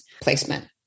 placement